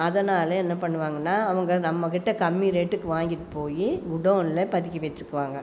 அதனால் என்ன பண்ணுவாங்கன்னா அவங்க நம்மக்கிட்டே கம்மி ரேட்டுக்கு வாங்கிட்டு போய் குடோனில் பதுக்கி வைச்சிக்குவாங்க